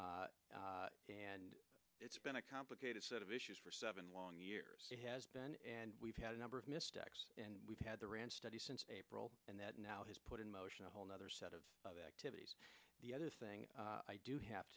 and it's been a complicated set of issues for seven long years it has been and we've had a number of missteps and we've had the rand study since april and that now has put in motion a whole nother set of activities the other thing i do have